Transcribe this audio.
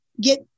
get